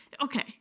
Okay